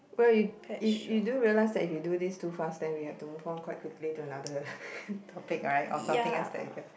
well you you you do realise that if you do this too fast then we have to move on quite quickly to another topic right or something else that can